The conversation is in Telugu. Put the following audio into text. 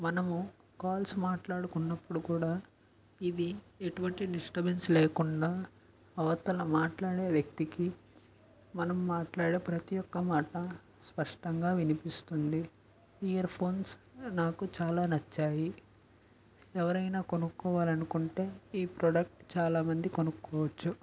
మనము కాల్స్ మాట్లాడుకున్నప్పుడు కూడా ఇవి ఎటువంటి డిస్ట్రబెన్స్ లేకుండా అవతల మాట్లాడే వ్యక్తికి మనం మాట్లాడే ప్రతి ఒక్క మాట స్పష్టంగా వినిపిస్తుంది ఇయర్ ఫోన్స్ నాకు చాలా నచ్చాయి ఎవరైనా కొనుక్కోవాలనుకుంటే ఈ ప్రొడుక్ట్ చాలా మంది కొనుకోవచ్చు